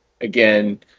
Again